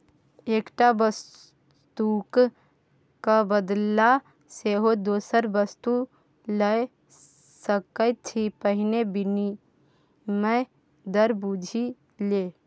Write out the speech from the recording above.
एकटा वस्तुक क बदला सेहो दोसर वस्तु लए सकैत छी पहिने विनिमय दर बुझि ले